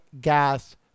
gas